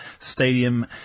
Stadium